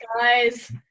guys